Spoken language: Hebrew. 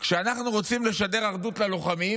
כשאנחנו רוצים לשדר אחדות ללוחמים,